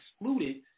excluded